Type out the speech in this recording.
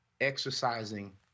Exercising